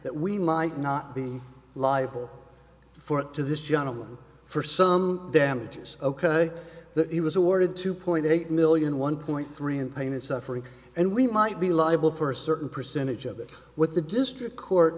that we might not be liable for it to this gentleman for some damages ok that he was awarded two point eight million one point three and pain and suffering and we might be liable for a certain percentage of that with the district court